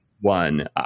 one